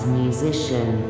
musician